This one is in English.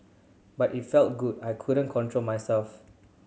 but it felt good I couldn't control myself